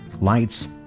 lights